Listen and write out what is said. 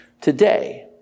Today